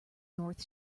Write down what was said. north